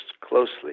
closely